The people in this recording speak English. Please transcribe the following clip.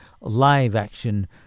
live-action